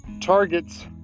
targets